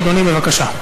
בבקשה.